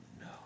No